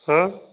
हाँ